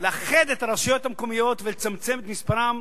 לאחד את הרשויות המקומיות ולצמצם את מספרן,